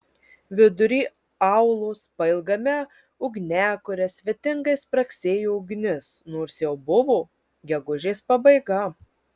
vidury aulos pailgame ugniakure svetingai spragsėjo ugnis nors jau buvo gegužės pabaiga